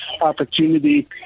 opportunity